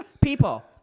people